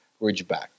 Ridgeback